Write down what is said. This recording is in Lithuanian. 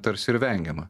tarsi ir vengiama